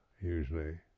usually